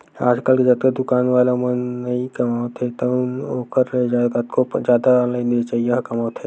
आजकल जतका दुकान वाला मन नइ कमावत हे ओखर ले कतको जादा ऑनलाइन बेचइया ह कमावत हें